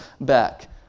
back